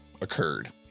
occurred